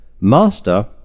Master